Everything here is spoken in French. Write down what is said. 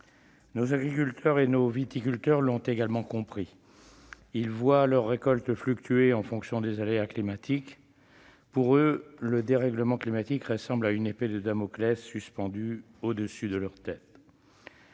Nos agriculteurs et nos viticulteurs l'ont également compris : ils voient leur récolte fluctuer en fonction des aléas climatiques. Pour eux, le dérèglement climatique ressemble à une épée de Damoclès. Les conséquences de ces